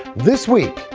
this week,